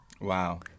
Wow